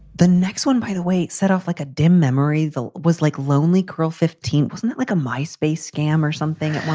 the next one, by the way set off like a dim memory, though, was like lonely girl fifteen. wasn't that like a myspace scam or something?